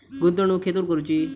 गुंतवणुक खेतुर करूची?